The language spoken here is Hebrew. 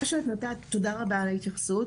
תודה רבה על ההתייחסות.